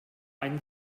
eine